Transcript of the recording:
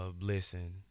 listen